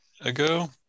ago